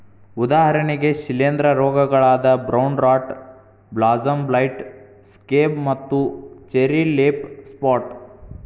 ಉದಾಹರಣೆಗೆ ಶಿಲೇಂಧ್ರ ರೋಗಗಳಾದ brown rot blossom blight, scab ಮತ್ತು ಚೆರ್ರಿ ಲೇಫ್ ಸ್ಪಾಟ್